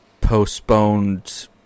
postponed